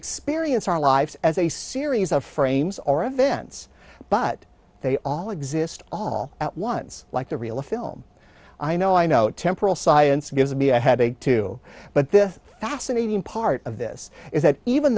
experience our lives as a series of frames or events but they all exist all at once like the real a film i know i know temporal science gives me a headache too but the fascinating part of this is that even